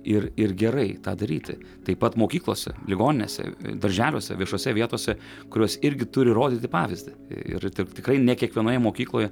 ir ir gerai tą daryti taip pat mokyklose ligoninėse darželiuose viešose vietose kurios irgi turi rodyti pavyzdį ir taip tikrai ne kiekvienoje mokykloje